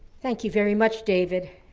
thank you very much, david,